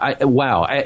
wow